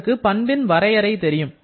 உங்களுக்கு பண்பின் வரையறை தெரியும்